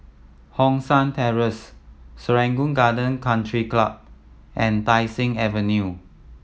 Hong San Terrace Serangoon Garden Country Club and Tai Seng Avenue